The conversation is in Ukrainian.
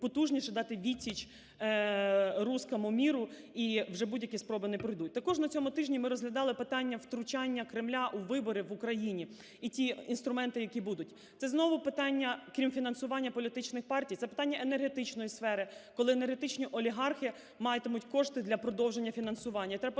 потужніше дати відсіч "русскому миру" і все будь-які спроби не пройдуть. Також на цьому тижні ми розглядали питання втручання Кремля у вибори в Україні і ті інструменти, які будуть. Це знову питання, крім фінансування політичних партій, це питання енергетичної сфери, коли енергетичні олігархи матимуть кошти для продовження фінансування.